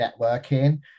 networking